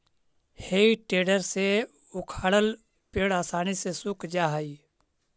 हेइ टेडर से उखाड़ल पेड़ आसानी से सूख जा हई